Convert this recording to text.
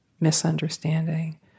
misunderstanding